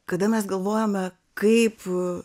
kada mes galvojome kaip